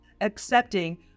accepting